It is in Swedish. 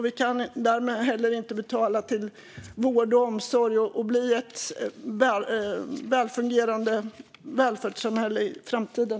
Vi kan därmed heller inte betala till vård och omsorg och bli ett välfungerande välfärdssamhälle i framtiden.